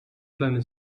planet